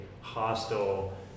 hostile